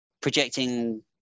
projecting –